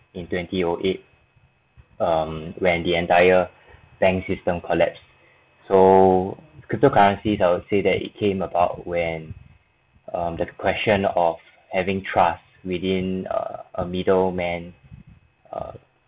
in twenty O eight um when the entire bank system collapsed so cryptocurrencies I would say that it came about when um the question of having trust within err a middle man err